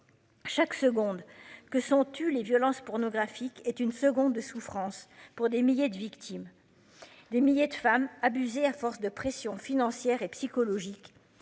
Chaque seconde que sont tu les violences pour nos graphique est une seconde de souffrance pour des milliers de victimes. Des milliers de femmes abusées. À force de pressions financières et psychologiques,